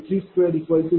08984 P23Q230